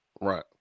Right